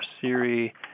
Siri